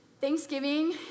Thanksgiving